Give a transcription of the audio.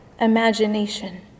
imagination